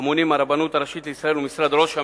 אמונים הרבנות הראשית לישראל ומשרד ראש הממשלה,